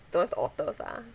those otters ah